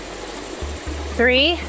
Three